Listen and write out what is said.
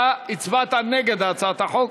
אתה הצבעת נגד הצעת החוק,